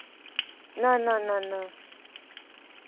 ना ना ना ना